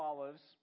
Olives